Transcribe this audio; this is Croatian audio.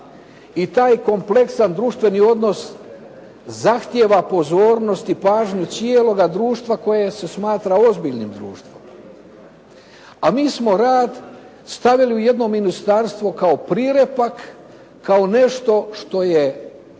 i taj kompleksan društveni odnos zahtijeva pozornost i pažnju cijeloga društva koje se smatra ozbiljnim društvom. A mi smo rad stavili u jedno ministarstvo kao priljepak, kao nešto što je